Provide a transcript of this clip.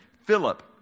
Philip